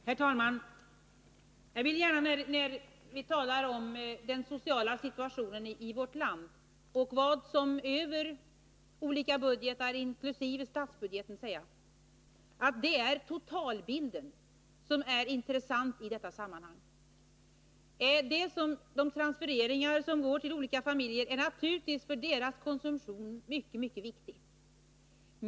Herr talman! Jag vill gärna när Doris Håvik talar om den sociala situationen i vårt land peka på att socialpolitiken finansieras över olika offentliga budgetar, inkl. statsbudgeten, och understryka att det är totalsumman som är intressant i detta sammanhang. De transfereringar som sker till olika grupper är naturligtvis mycket viktiga för dessas konsumtion.